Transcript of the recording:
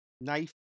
knife